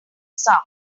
some